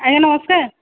ଆଜ୍ଞା ନମସ୍କାର